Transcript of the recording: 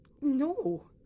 No